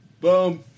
Boom